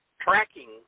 tracking